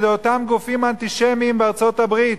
אותם גופים אנטישמיים בארצות-הברית,